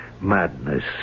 madness